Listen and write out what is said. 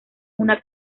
una